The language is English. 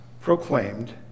proclaimed